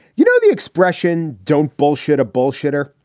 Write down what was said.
you know, the expression, don't bullshit a bullshitter.